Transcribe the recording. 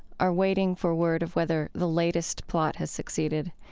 are waiting for word of whether the latest plot has succeeded.